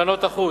קרנות החוץ,